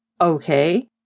Okay